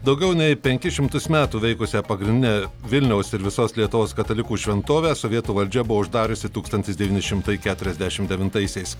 daugiau nei penkis šimtus metų veikusią pagrindinę vilniaus ir visos lietuvos katalikų šventovę sovietų valdžia buvo uždariusi tūkstantis devyni šimtai keturiasdešimt devintaisiais